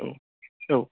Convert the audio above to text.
औ औ